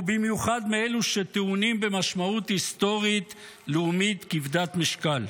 ובמיוחד מאלה שטעונים במשמעות היסטורית לאומית כבדת משקל.